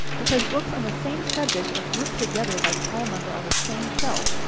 because books on the same subject are grouped together by call number on the same shelf,